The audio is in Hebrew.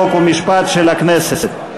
חוק ומשפט של הכנסת.